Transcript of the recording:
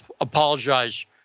apologize